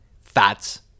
Fats